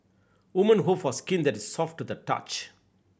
woman hope for skin that is soft to the touch